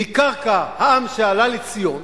מקרקע העם שעלה לציון,